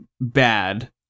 bad